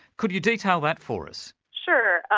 could you detail that for us? sure.